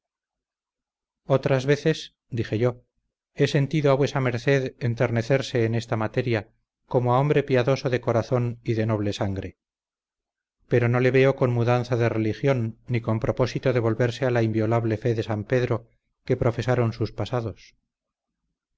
otras veces dije yo he sentido a vuesa merced enternecerse en esta materia como a hombre piadoso de corazón y de noble sangre pero no le veo con mudanza de religión ni con propósito de volverse a la inviolable fe de san pedro que profesaron sus pasados